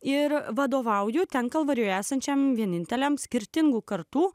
ir vadovauju ten kalvarijoje esančiam vieninteliam skirtingų kartų